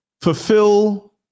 fulfill